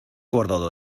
guardado